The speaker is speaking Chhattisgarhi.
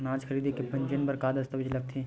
अनाज खरीदे के पंजीयन बर का का दस्तावेज लगथे?